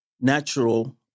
natural